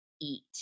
eat